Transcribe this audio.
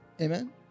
Amen